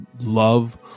love